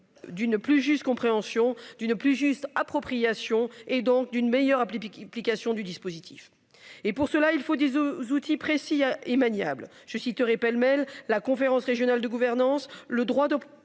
D'une plus juste compréhension d'une plus juste appropriation et donc d'une meilleure puis qui implication du dispositif. Et pour cela il faut des aux outils précis et maniable je citerai pêle-mêle la conférence régionale de gouvernance, le droit de, de propositions